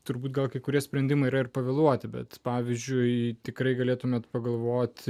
turbūt gal kai kurie sprendimai ir pavėluoti bet pavyzdžiui tikrai galėtumėte pagalvoti